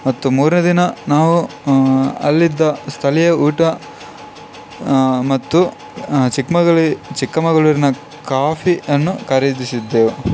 ಮತ್ತು ಮೂರನೇ ದಿನ ನಾವು ಅಲ್ಲಿದ್ದ ಸ್ಥಳೀಯ ಊಟ ಮತ್ತು ಚಿಕ್ಮಗಲೀ ಚಿಕ್ಕಮಗಳೂರಿನ ಕಾಫಿಯನ್ನು ಖರೀದಿಸಿದ್ದೆವು